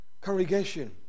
congregation